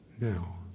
now